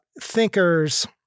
thinkers